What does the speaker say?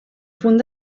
punt